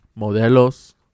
Modelos